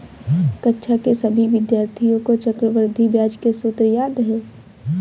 कक्षा के सभी विद्यार्थियों को चक्रवृद्धि ब्याज के सूत्र याद हैं